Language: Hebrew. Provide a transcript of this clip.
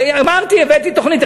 אמרתי, הבאתי תוכנית.